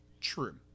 True